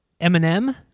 Eminem